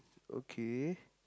okay